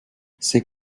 c’est